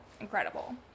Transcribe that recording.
incredible